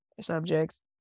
subjects